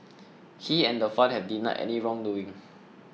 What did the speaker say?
he and the fund have denied any wrongdoing